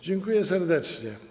Dziękuję serdecznie.